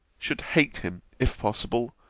should hate him, if possible,